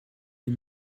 des